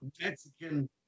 Mexican